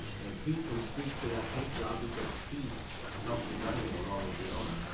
and pete can speak to that paint job because pete helped design it along with the owner,